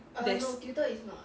there's